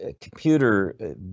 computer